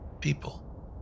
People